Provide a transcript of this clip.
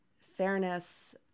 fairness